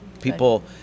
People